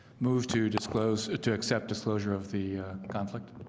move to disclose to accept disclosure of the conflict